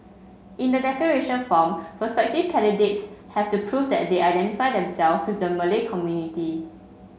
in the declaration form prospective candidates have to prove that they identify themselves with the Malay community